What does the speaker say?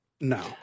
No